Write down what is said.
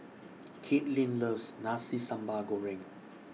Katelin loves Nasi Sambal Goreng